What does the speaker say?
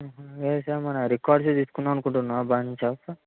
లేదు సార్ మన రికార్డ్సే తీసుకుందామని అనుకుంటున్నాను బన్చ్ ఆఫ్